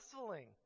wrestling